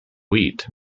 wheat